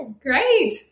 Great